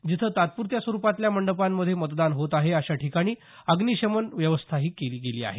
जिथे तात्परत्या स्वरूपातल्या मंडपांमध्ये मतदान होत आहे अशा ठिकाणी अग्निशमनची व्यवस्थाही केली गेली आहे